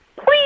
Please